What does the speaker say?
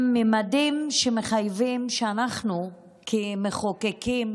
הם ממדים שמחייבים שאנחנו כמחוקקים